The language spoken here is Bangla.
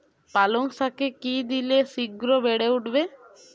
পালং শাকে কি দিলে শিঘ্র বেড়ে উঠবে?